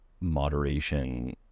moderation